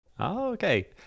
okay